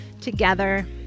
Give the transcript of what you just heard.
together